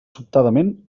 sobtadament